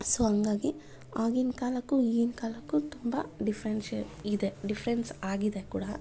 so ಹಾಗಾಗಿ ಆಗಿನ ಕಾಲಕ್ಕೂ ಈಗಿನ ಕಾಲಕ್ಕೂ ತುಂಬ ಡಿಫ್ರೆನ್ಶೆ ಇದೆ ಡಿಫ್ರೆನ್ಸ್ ಆಗಿದೆ ಕೂಡ